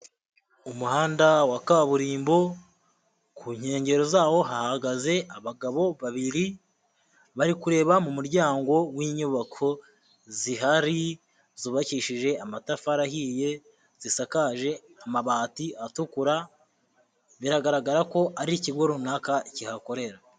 Umuhanda wa kaburimbo, ku nkengero zawo hahagaze abagabo babiri, bari kureba mu muryango w'inyubako zihari zubakishije amatafari ahiye, zisakaje amabati atukura, biragaragara ko ari ikigo runaka kihakorera.